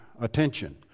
attention